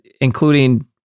including